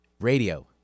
Radio